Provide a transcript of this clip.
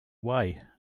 way